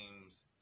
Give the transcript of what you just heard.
games